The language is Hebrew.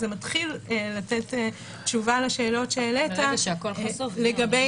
זה מתחיל לתת תשובה לשאלות שהעלית לגבי